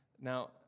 now